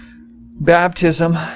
baptism